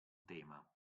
tema